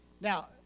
Now